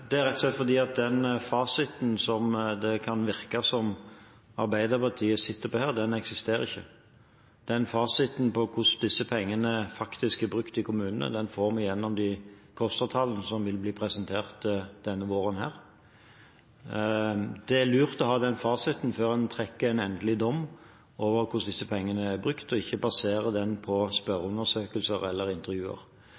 Det er rett og slett fordi den fasiten som det kan virke som Arbeiderpartiet sitter på her, ikke eksisterer. Fasiten på hvordan disse pengene faktisk er brukt i kommunene, får vi gjennom KOSTRA-tallene som vil bli presentert denne våren. Det er lurt å ha den fasiten før en feller en endelig dom over hvordan disse pengene er brukt, og ikke baserer den på spørreundersøkelser eller intervjuer.